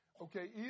Okay